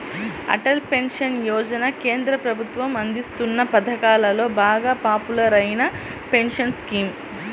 Atal pension Yojana కేంద్ర ప్రభుత్వం అందిస్తోన్న పథకాలలో బాగా పాపులర్ అయిన పెన్షన్ స్కీమ్